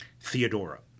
Theodora